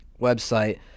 website